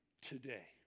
today